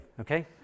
okay